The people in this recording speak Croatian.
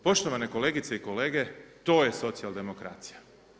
Poštovane kolegice i kolege, to je socijaldemokracija.